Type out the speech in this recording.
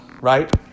Right